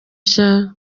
nshya